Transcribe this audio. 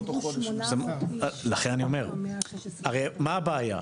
הרי, מה הבעיה?